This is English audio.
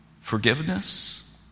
forgiveness